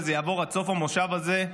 וזה יעבור עד סוף המושב הזה,